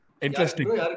Interesting